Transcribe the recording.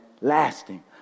lasting